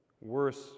worse